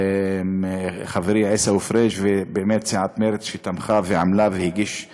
חברי עיסאווי פריג' וסיעת מרצ שעמלה והגישה